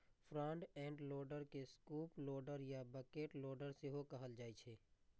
front end loader के scoop loader या bucket loader सेहो कहल जाइ छै